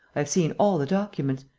i have seen all the documents.